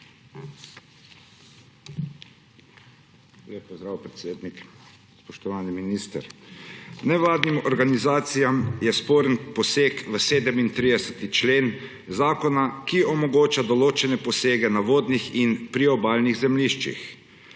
Lep pozdrav, predsednik. Spoštovani minister! Nevladnim organizacijam je sporen poseg v 37. člen zakona, ki omogoča določene posege na vodnih in priobalnih zemljiščih.